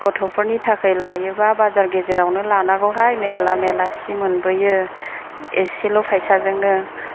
गथ'फोरनि थाखाय लायोबा बाजार गेजेरावनो लानांगौहाय मेरला मेरला सि मोनबोयो एसेल' फैसाजोंनो